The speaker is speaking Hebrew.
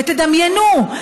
ותדמיינו,